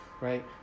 right